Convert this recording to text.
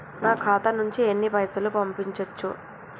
నా ఖాతా నుంచి ఎన్ని పైసలు పంపించచ్చు?